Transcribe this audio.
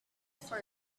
for